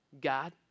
God